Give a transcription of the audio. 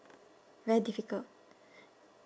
very difficult